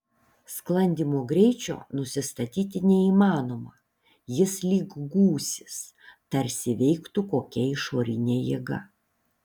sklandymo greičio nusistatyti neįmanoma jis lyg gūsis tarsi veiktų kokia išorinė jėga